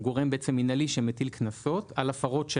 הוא גורם מנהלי שמטיל קנסות על הפרות של